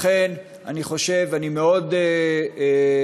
לכן אני חושב, אני מאוד ממליץ,